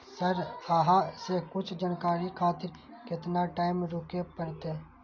Sir अहाँ से कुछ जानकारी खातिर केतना टाईम रुके परतें?